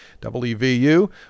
WVU